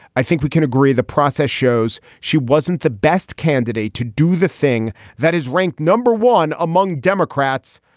i think we can agree the process shows she wasn't the best candidate to do the thing that is ranked number one among democrats.